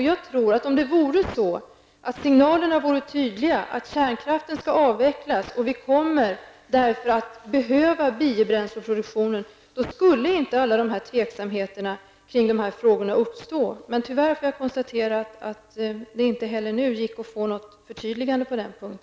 Jag tror att om signalerna vore tydliga om att kärnkraften skall avvecklas och att vi därför kommer att behöva biobränsleproduktion, skulle det inte finnas någon tveksamhet kring dessa frågor. Tyvärr får jag konstatera att det inte heller nu gick att få något förtydligande på denna punkt.